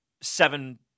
seven